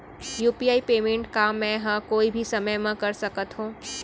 UPI payment का मैं ह कोई भी समय म कर सकत हो?